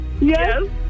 Yes